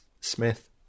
Smith